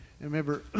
remember